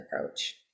approach